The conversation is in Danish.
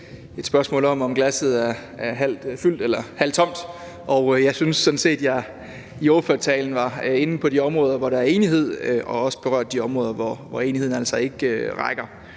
et spørgsmål om, om glasset er halvt fyldt eller halvt tomt, og jeg synes sådan set, at jeg i ordførertalen var inde på de områder, hvor der er enighed, og også berørte de områder, hvor enigheden altså ikke rækker.